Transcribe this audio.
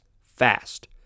fast